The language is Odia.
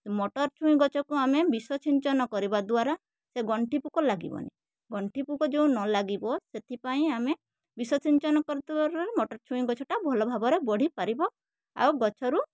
ମଟର ଛୁଇଁ ଗଛକୁ ଆମେ ବିଷ ଛିଞ୍ଚନ କରିବାଦ୍ବାରା ସେ ଗଣ୍ଠି ପୋକ ଲାଗିବନି ଗଣ୍ଠିପୋକ ଯେଉଁ ନ ଲାଗିବ ସେଥିପାଇଁ ଆମେ ବିଷ ଛିଞ୍ଚନ କରୁଥିବାରୁ ମଟରଛୁଇଁ ଗଛ ଟା ଭଲଭାବରେ ବଢ଼ିପାରିବ ଆଉ ଗଛରୁ